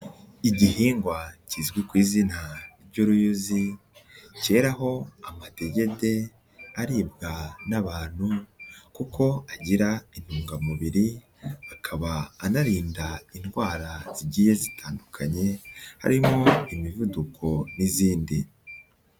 Igihingwa kizwi ku izina ry'uruyuzi, keraho amadetegede aribwa n'abantu kuko agira intungamubiri, akaba anarinda indwara zigiye zitandukanye harimo imivuduko n'izindi.